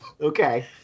Okay